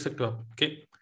Okay